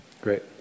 Great